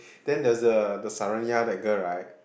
then there is a the Saroniah the girl right